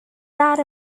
that